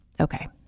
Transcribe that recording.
Okay